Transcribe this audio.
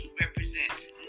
represents